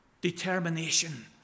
determination